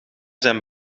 zijn